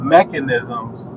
mechanisms